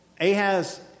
Ahaz